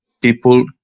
people